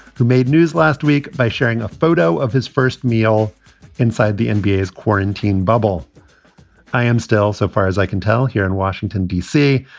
who made news last week by sharing a photo of his first meal inside the and nba, ah his quarantine bubble i am still, so far as i can tell, here in washington, d c.